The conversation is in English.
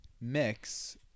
mix